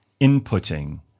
inputting